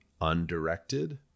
undirected